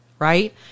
Right